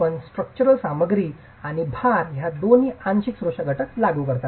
आपण स्ट्रक्चरल सामग्री आणि भार या दोन्ही गोष्टींवर आंशिक सुरक्षा घटक लागू करता